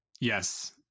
Yes